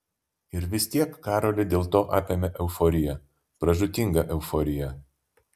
ir vis tiek karolį dėl to apėmė euforija pražūtinga euforija